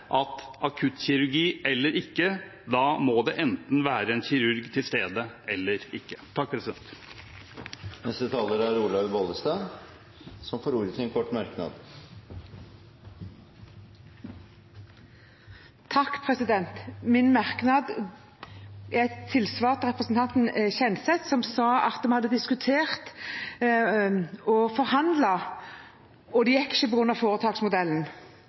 at akuttkirurgi eller ikke: Da må det enten være en kirurg til stede – eller ikke. Representanten Olaug V. Bollestad har hatt ordet to ganger tidligere i debatten og får ordet til en kort merknad, begrenset til 1 minutt. Min merknad er et tilsvar til representanten Kjenseth, som sa at vi hadde diskutert og forhandlet, at det gikk ikke